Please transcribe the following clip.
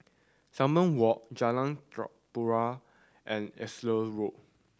Salam Walk Jalan Tempua and Ellis Road